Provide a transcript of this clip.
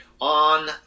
on